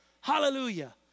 Hallelujah